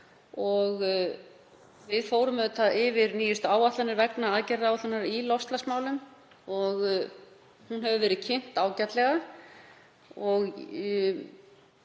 Við fórum yfir nýjustu áætlanir vegna aðgerðaáætlunar í loftslagsmálum og hún hefur verið kynnt ágætlega.